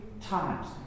times